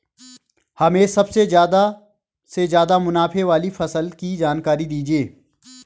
हमें सबसे ज़्यादा से ज़्यादा मुनाफे वाली फसल की जानकारी दीजिए